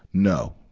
no.